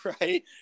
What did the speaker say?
right